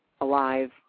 alive